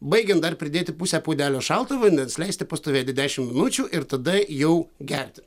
baigian dar pridėti pusę puodelio šalto vandens leisti pastovėti dešim minučių ir tada jau gerti